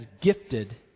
gifted